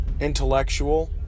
intellectual